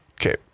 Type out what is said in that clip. okay